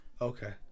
Okay